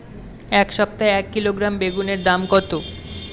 এই সপ্তাহে এক কিলোগ্রাম বেগুন এর দাম কত?